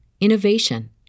innovation